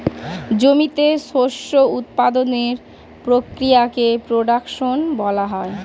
জমিতে শস্য উৎপাদনের প্রক্রিয়াকে প্রোডাকশন বলা হয়